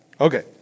Okay